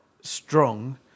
strong